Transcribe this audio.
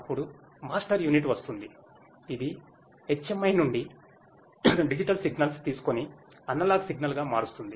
అప్పుడు master unit వస్తుంది ఇది HMI నుండి డిజిటల్ సిగ్నల్స్ తీసుకొని అనలాగ్ సిగ్నల్గా మారుస్థుంది